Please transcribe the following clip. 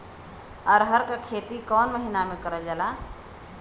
अरहर क खेती कवन महिना मे करल जाला?